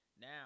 now